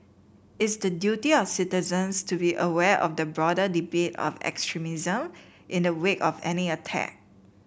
it's the duty of citizens to be aware of the broader debate of extremism in the wake of any attack